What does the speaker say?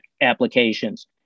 applications